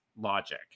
logic